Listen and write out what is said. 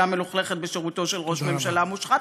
מלוכלכת בשירותו של ראש ממשלה מושחת,